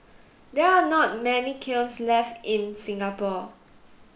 there are not many kilns left in Singapore